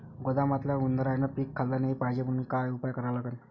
गोदामात उंदरायनं पीक खाल्लं नाही पायजे म्हनून का उपाय करा लागन?